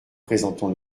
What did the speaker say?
présentant